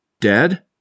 Dead